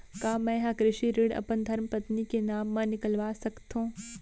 का मैं ह कृषि ऋण अपन धर्मपत्नी के नाम मा निकलवा सकथो?